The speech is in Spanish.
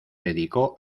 dedicó